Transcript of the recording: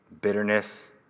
Bitterness